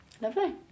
Lovely